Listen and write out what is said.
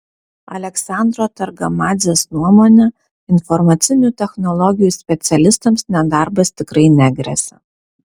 aleksandro targamadzės nuomone informacinių technologijų specialistams nedarbas tikrai negresia